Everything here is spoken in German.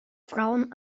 frauen